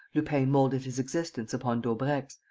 lupin moulded his existence upon daubrecq's,